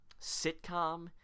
sitcom